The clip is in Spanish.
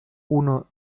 uno